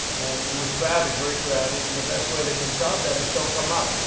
and it was crowded very crowded. and the best way they can solve that is don't come up.